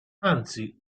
anzi